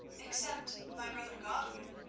except my brother godwin,